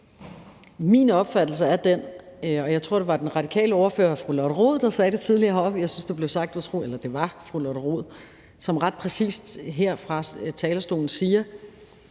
Min opfattelse er den – og jeg tror, det var den radikale ordfører, fru Lotte Rod, der sagde det tidligere heroppe, eller det var fru Lotte Rod, som ret præcist her fra talerstolen sagde